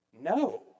No